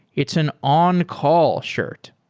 it's an on-call shirt.